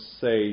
say